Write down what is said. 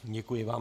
Děkuji vám.